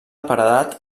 paredat